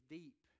deep